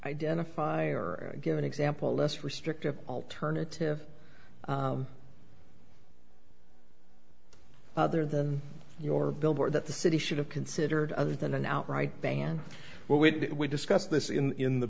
identify or give an example less restrictive alternative other than your billboard that the city should have considered other than an outright ban well we discussed this in